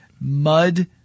Mud